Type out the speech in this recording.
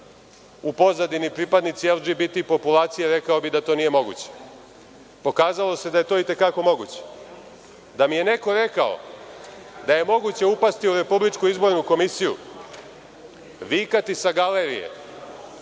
u pozadini pripadnici LGBT populacije, rekao bih da to nije moguće. Pokazalo se da je to i te kako moguće. Da mi je neko rekao da je moguće upasti u RIK, vikati sa galerije